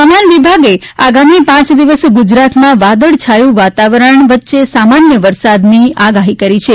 હવામાન વિભાગે આગામી પાંચ દિવસ ગુજરાતમાં વાદળછાયું વાતાવરણ સાથે સામાન્ય વરસાદની આગાહી કરી છે